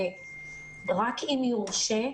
ורק אם יורשה,